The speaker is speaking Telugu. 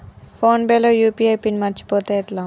ఫోన్ పే లో యూ.పీ.ఐ పిన్ మరచిపోతే ఎట్లా?